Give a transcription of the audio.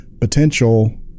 potential